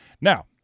Now